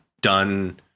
done